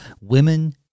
women